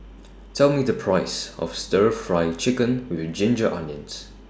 Tell Me The Price of Stir Fry Chicken with Ginger Onions